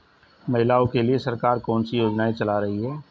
महिलाओं के लिए सरकार कौन सी योजनाएं चला रही है?